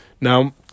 Now